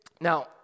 now